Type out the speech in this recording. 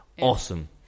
Awesome